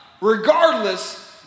regardless